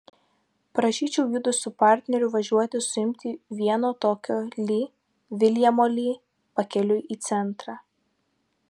prašyčiau judu su partneriu važiuoti suimti vieno tokio li viljamo li pakeliui į centrą